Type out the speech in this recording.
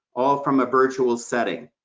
all from a virtual setting.